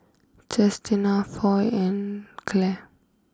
Chestina Foy and Clair